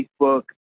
Facebook